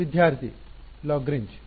ವಿದ್ಯಾರ್ಥಿ ಲಾಗ್ರೇಂಜ್